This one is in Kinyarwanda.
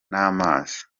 n’amazi